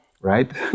right